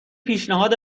پیشنهاد